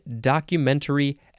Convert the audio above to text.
documentary